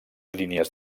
línies